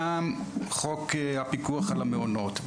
גם חוק הפיקוח על המעונות,